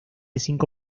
cinco